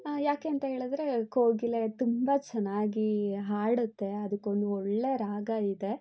ಯಾಕೆ ಅಂತ ಹೇಳಿದ್ರೆ ಕೋಗಿಲೆ ತುಂಬ ಚೆನ್ನಾಗಿ ಹಾಡುತ್ತೆ ಅದಕ್ಕೊಂದು ಒಳ್ಳೆಯ ರಾಗ ಇದೆ